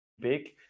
Big